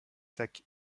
sacs